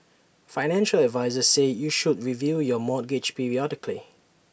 financial advisers say you should review your mortgage periodically